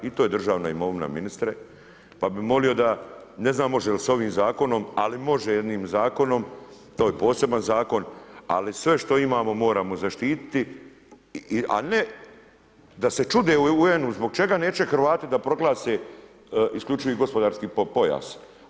I to je državna imovina ministre, pa bi molio da ne znam može li se ovim zakonom, ali može jednim zakonom, to je poseban zakon, ali sve što imao moramo zaštititi, a ne da se čude u UN-u zbog čega neće Hrvati da proglase isključivi gospodarski pojas.